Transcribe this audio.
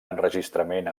enregistrament